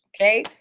Okay